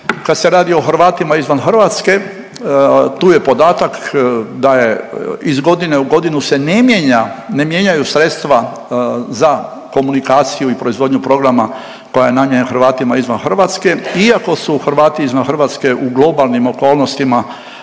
kad se radi o Hrvatima izvan Hrvatske, tu je podatak da je iz godinu u godinu se ne mijenja, ne mijenjaju sredstva za komunikaciju i proizvodnju programa koja je namijenjena Hrvatima izvan Hrvatske iako su Hrvati izvan Hrvatske u globalnim okolnostima